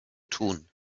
tun